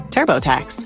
TurboTax